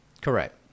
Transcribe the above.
Correct